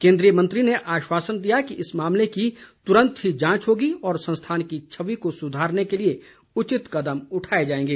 केन्द्रीय मंत्री ने आश्वासन दिया कि इस मामले की तुरंत ही जांच होगी और संस्थान की छवि को सुधारने के लिए उचित कदम उठाए जाएंगे